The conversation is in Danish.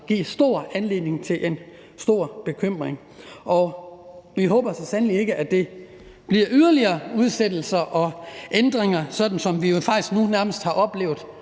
anledning til stor bekymring. Vi håber så sandelig ikke, at der kommer yderligere udsættelser og ændringer, sådan som vi faktisk nu nærmest har oplevet